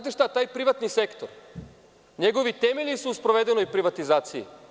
Taj privatni sektor, njegovi temelji su u sprovedenoj privatizaciji.